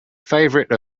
favorite